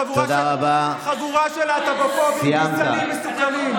חבורה של להט"בופובים גזענים מסוכנים.